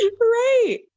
right